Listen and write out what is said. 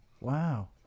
Wow